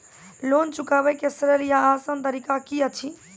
Loan चुकाबै के सरल या आसान तरीका की अछि?